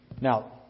Now